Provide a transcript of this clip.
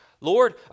Lord